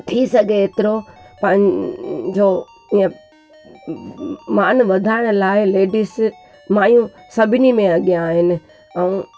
थी सघे एतिरो पंहिंजो ईअं मान वधाइण लाइ लेडीस माइयूं सभिनी में अॻियां आहिनि ऐं